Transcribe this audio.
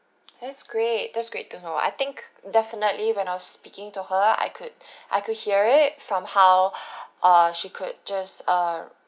that's great that's great to know I think definitely when I was speaking to her I could I could hear it from how uh she could just uh